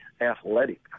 athletic